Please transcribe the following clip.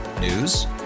News